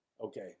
okay